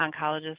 oncologist